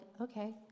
okay